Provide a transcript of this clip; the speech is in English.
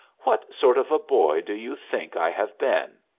what sort of a boy do you think i have been?